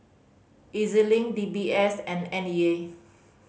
E Z Link D B S and N E A